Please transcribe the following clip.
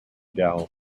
dell